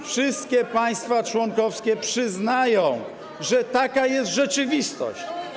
Wszystkie państwa członkowskie przyznają, że taka jest rzeczywistość.